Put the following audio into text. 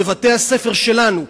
בבתי-הספר שלנו,